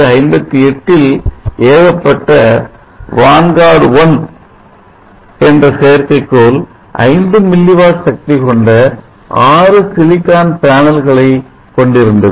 1958ல் ஏவப்பட்ட வான்கார்டு 1 செயற்கைக்கோள் 5 milliwatt சக்தி கொண்ட 6 சிலிகான் பேனல்களை கொண்டிருந்தது